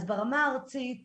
אז ברמה הארצית הפקנו,